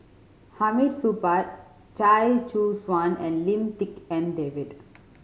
Hamid Supaat Chia Choo Suan and Lim Tik En David